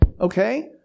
Okay